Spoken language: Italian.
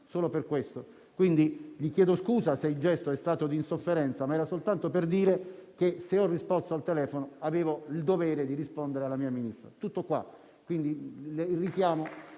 con la Ministra. Quindi gli chiedo scusa se il gesto è stato di insofferenza, ma era soltanto per dire che se ho risposto al telefono avevo il dovere di rispondere alla mia Ministra. Tutto qua.